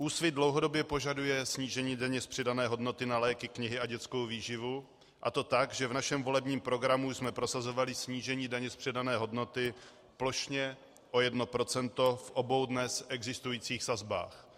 Úsvit dlouhodobě požaduje snížení daně z přidané hodnoty na léky, knihy a dětskou výživu, a to tak, že v našem volebním programu jsme prosazovali snížení daně z přidané hodnoty plošně o 1 % v obou dnes existujících sazbách.